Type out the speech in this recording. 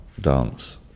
dance